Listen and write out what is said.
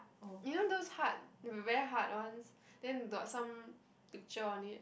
you know those hard the very hard ones then got some picture on it